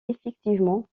effectivement